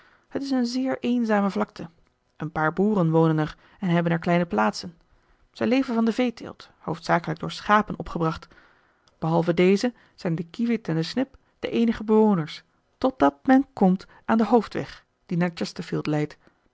het is een zeer eenzame vlakte een paar boeren wonen er en hebben er kleine plaatsen zij leven van de veeteelt hoofdzakelijk door schapen opgebracht behalve deze zijn de kievit en de snip de eenige bewoners totdat men komt aan den hoofdweg die naar chesterfield leidt